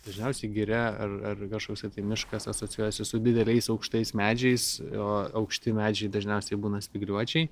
dažniausiai giria ar ar kašoksai tai miškas asocijuojasi su dideliais aukštais medžiais o aukšti medžiai dažniausiai būna spygliuočiai